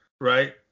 right